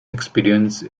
experience